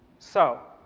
so,